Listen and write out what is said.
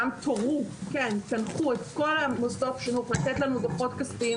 גם תורו ותנחו את כל מוסדות החינוך לתת לנו דוחות כספיים.